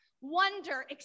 wonder